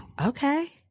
Okay